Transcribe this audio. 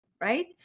right